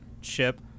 ship